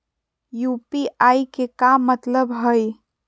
UPI के का मतलब हई?